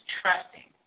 trusting